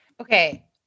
Okay